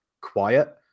quiet